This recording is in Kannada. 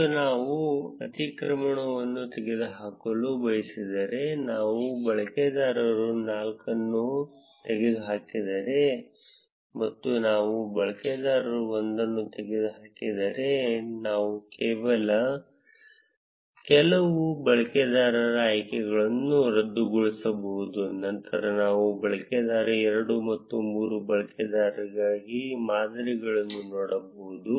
ಮತ್ತು ನಾವು ಅತಿಕ್ರಮಣವನ್ನು ತೆಗೆದುಹಾಕಲು ಬಯಸಿದರೆ ನಾವು ಬಳಕೆದಾರ 4 ಅನ್ನು ತೆಗೆದುಹಾಕಿದರೆ ಮತ್ತು ನಾನು ಬಳಕೆದಾರ 1 ಅನ್ನು ತೆಗೆದುಹಾಕಿದರೆ ನಾವು ಕೆಲವು ಬಳಕೆದಾರರ ಆಯ್ಕೆಯನ್ನು ರದ್ದುಗೊಳಿಸಬಹುದು ನಂತರ ನಾನು ಬಳಕೆದಾರ 2 ಮತ್ತು 3 ಬಳಕೆದಾರಗಾಗಿ ಮಾದರಿಗಳನ್ನು ನೋಡಬಹುದು